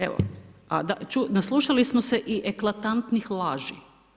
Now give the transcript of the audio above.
Evo, a naslušali smo se i eklatantnih laži.